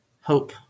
hope